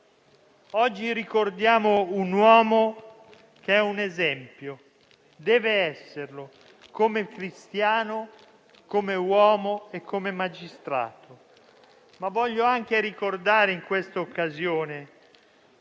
Oggi ricordiamo un uomo che è un esempio; deve esserlo, come cristiano, come uomo e come magistrato. Ma voglio anche ricordare in questa occasione